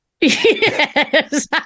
Yes